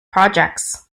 projects